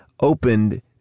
opened